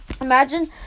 Imagine